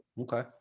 Okay